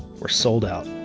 we're sold out.